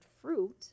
fruit